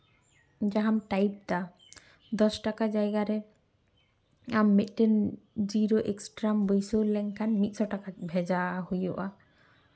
ᱡᱟᱦᱟᱸᱢ ᱴᱟᱭᱤᱯ ᱫᱟ ᱫᱚᱥ ᱴᱟᱠᱟ ᱡᱟᱭᱜᱟᱨᱮ ᱟᱢ ᱢᱤᱫᱴᱤᱱ ᱡᱤᱨᱚ ᱮᱠᱥᱴᱨᱟᱢ ᱵᱟᱹᱭᱥᱟᱹᱣ ᱞᱮᱱᱠᱷᱟᱱ ᱢᱤᱫ ᱥᱚ ᱴᱟᱠᱟ ᱵᱷᱮᱡᱟ ᱦᱩᱭᱩᱜᱼᱟ